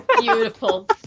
Beautiful